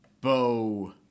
bow